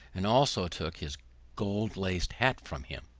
and also took his gold-laced hat from him.